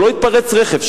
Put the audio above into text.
שלא יתפרץ רכב.